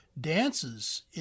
Dances